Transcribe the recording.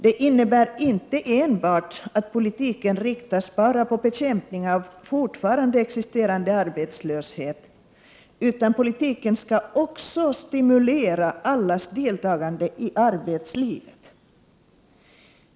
Det innebär inte att politiken bara inriktas på bekämpning av fortfarande existerande arbetslöshet, utan politiken skall också stimulera allas deltagande i arbetslivet.